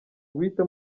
guhita